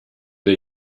der